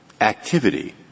activity